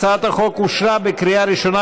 הצעת החוק אושרה בקריאה ראשונה,